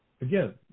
again